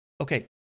Okay